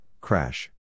crash